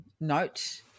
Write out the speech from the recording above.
note